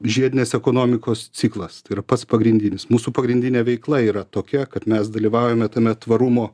žiedinės ekonomikos ciklas tai yra pats pagrindinis mūsų pagrindinė veikla yra tokia kad mes dalyvaujame tame tvarumo